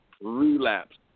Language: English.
relapse